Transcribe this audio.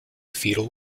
fetal